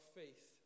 faith